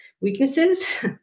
weaknesses